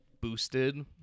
boosted